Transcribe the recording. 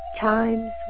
Times